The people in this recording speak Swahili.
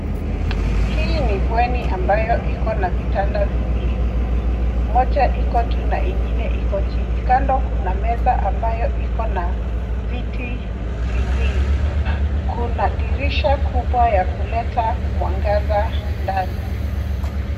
Hii ni bweni ambayo ikona vitanda viwili, moja iko juu na ingine iko chini. Kando kuna meza ambayo ikona viti viwili. Kuna dirisha kubwa ya kuleta mwangaza ndani.